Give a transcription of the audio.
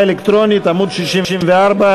רזרבה), לשנת הכספים 2013,